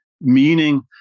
Meaning